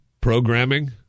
programming